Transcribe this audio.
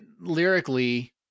lyrically